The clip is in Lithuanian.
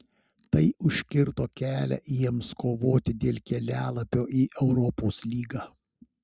tai užkirto kelią jiems kovoti dėl kelialapio į europos lygą